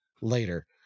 later